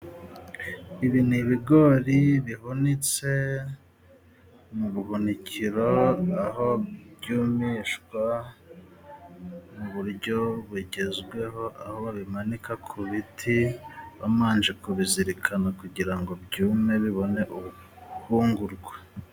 Ibi ni ibigori bihutse mu buhunikiro, aho byumishwa mu buryo bugezweho, aho babimanika ku biti bamanje kubizirikana kugira ngo byumye bibone ubuhungurwa.